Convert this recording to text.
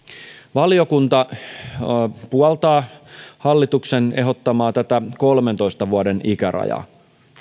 valiokunta puoltaa hallituksen ehdottamaa kolmentoista vuoden ikärajaa